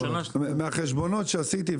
מהחשבונות שעשיתי,